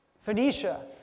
Phoenicia